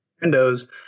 Windows